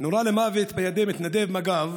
נורה למוות בידי מתנדב מג"ב